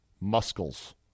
muscles